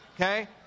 Okay